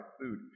food